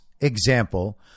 example